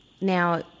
Now